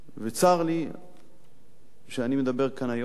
צר לי שאני מדבר כאן היום,